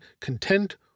content